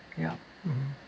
yup mmhmm